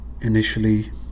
initially